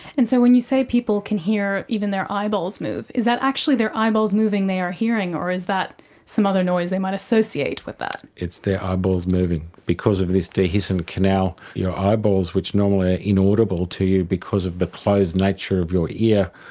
and so when you say people can hear even their eyeballs move, is that actually their eyeballs moving they are hearing or is that some other noise they might associate with that? it's their eyeballs moving. because of this dehiscent canal, your eyeballs, which normally are inaudible to you because of the closed nature of your ear,